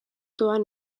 doan